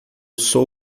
sou